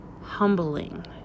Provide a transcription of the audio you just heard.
humbling